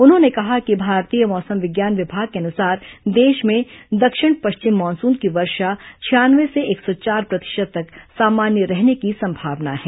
उन्होंने कहा कि भारतीय मौसम विज्ञान विभाग के अनुसार देश में दक्षिण पश्चिम मानसून की वर्षा छियानवे से एक सौ चार प्रतिशत तक सामान्य रहने की संभावना है